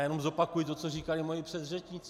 Jen zopakuji to, co říkali mí předřečníci.